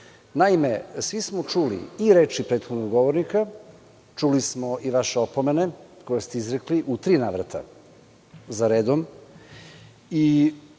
svi smo čuli i reči prethodnog govornika, čuli smo i vaše opomene, koje ste izrekli u tri navrata zaredom i